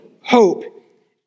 hope